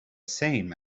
same